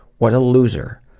what a loser.